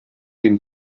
den